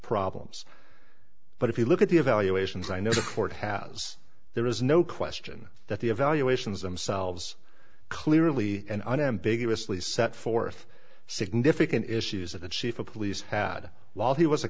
problems but if you look at the evaluations i know the court has there is no question that the evaluations themselves clearly and unambiguously set forth significant issues of the chief of police had while he was a